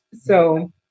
So-